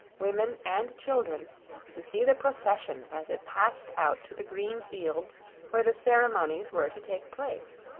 women, and children to see the procession as it passed out to the green fields where the ceremonies were to take place.